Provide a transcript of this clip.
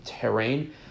Terrain